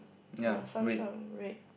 the front shop ah red